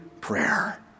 prayer